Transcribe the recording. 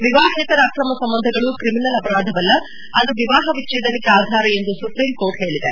ವಿವಾಹೇತರ ಅಕ್ರಮ ಸಂಬಂಧಗಳು ಕ್ರಿಮಿನಲ್ ಅಪರಾಧವಲ್ಲ ಅದು ವಿವಾಹ ವಿಚ್ಚೇದನಕ್ಕೆ ಆಧಾರ ಎಂದು ಸುಪ್ರೀಂಕೋರ್ಟ್ ಹೇಳಿದೆ